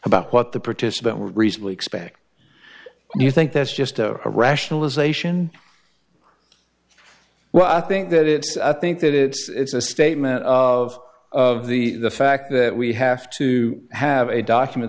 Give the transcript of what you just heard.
about what the participant would reasonably expect do you think that's just a rationalization well i think that it i think that it's a statement of of the fact that we have to have a document